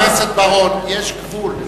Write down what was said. חבר הכנסת בר-און, יש גבול.